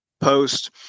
post